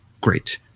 great